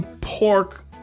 pork